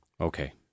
Okay